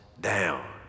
down